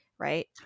right